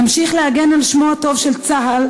נמשיך להגן על שמו הטוב של צה"ל,